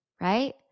right